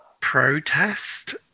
protest